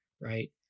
right